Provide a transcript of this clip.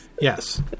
Yes